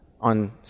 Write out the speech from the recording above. on